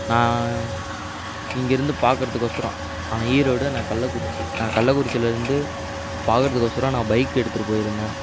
நான் இங்கேருந்து பார்க்கறதுக்கோசரம் அவன் ஈரோடு நான் கள்ளக்குறிச்சி நான் கள்ளக்குறிச்சிலேருந்து பார்க்கறதுக்கோசரம் நான் பைக் எடுத்துட்டு போயிருந்தேன்